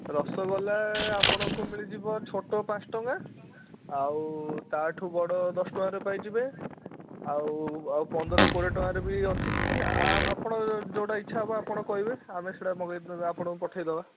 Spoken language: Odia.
ରସଗୋଲା ଆପଣଙ୍କୁ ମିଳିଯିବ ଛୋଟ ପାଞ୍ଚ ଟଙ୍କା ଆଉ ତା'ଠୁ ବଡ଼ ଦଶ ଟଙ୍କାରେ ପାଇଯିବେ ଆଉ ଆଉ ପନ୍ଦର କୋଡ଼ିଏ ଟଙ୍କାରେ ବି ଅଛି ଆପଣ ଯେଉଁଟା ଇଚ୍ଛା ହେବ ଆପଣ କହିବେ ଆମେ ସେଇଟା ମଗାଇକି ଆପଣଙ୍କୁ ପଠାଇ ଦେବା